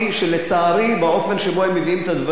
באופן שבו הם מביאים את הדברים הם עוד יחזרו לכאן